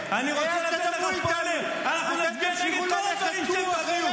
תחליט אם אתה מצביע בעד נשות המילואים או נגד נשות המילואים.